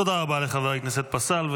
תודה רבה לחבר הכנסת פסל.